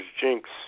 jinx